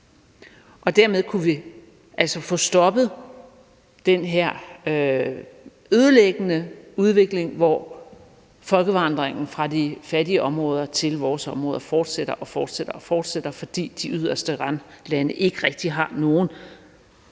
Dermed kunne vi altså få stoppet den her ødelæggende udvikling, hvor folkevandringen fra de fattige områder til vores områder fortsætter og fortsætter, fordi de yderste randlande ikke rigtig har nogen